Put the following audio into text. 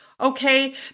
Okay